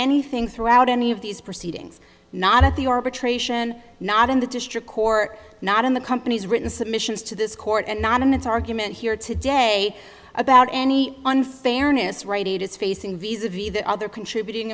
anything throughout any of these proceedings not at the arbitration not in the district court not in the company's written submissions to this court and not in its argument here today about any unfairness right it is facing visa v the other contributing